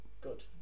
Good